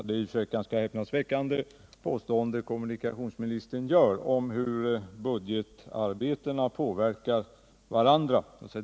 Herr talman! Det påstående kommunikationsministern gör om hur budgetarbetena påverkar varandra är i och för sig ganska häpnadsväckande.